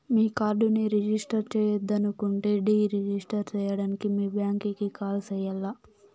మీ కార్డుని రిజిస్టర్ చెయ్యొద్దనుకుంటే deregister సేయడానికి మీ బ్యాంకీకి కాల్ సెయ్యాల్ల